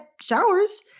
showers